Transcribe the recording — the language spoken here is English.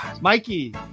Mikey